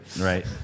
Right